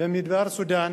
במדבר סודן